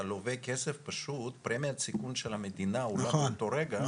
אתה לווה כסף פשוט פרמיית סיכון של המדינה עולה באותו רגע,